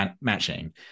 matching